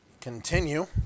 continue